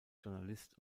journalist